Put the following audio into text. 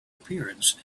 appearance